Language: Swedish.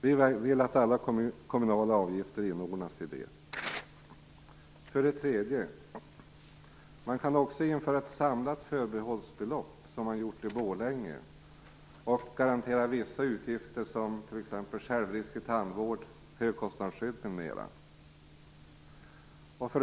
Vi vill att alla kommunala avgifter inordnas i det. 3. Man kan också införa ett samlat förbehållsbelopp, som man har gjort i Borlänge, och garantera vissa utgifter som självrisk i tandvård, högkostnadsskydd, m.m. 4.